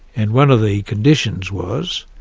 and one of the conditions was